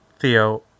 Theo